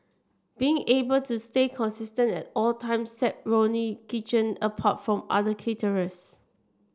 being able to stay consistent at all times set Ronnie Kitchen apart from other caterers